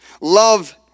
Love